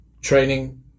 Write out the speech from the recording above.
training